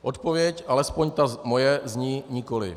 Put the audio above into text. Odpověď, alespoň ta moje, zní nikoliv.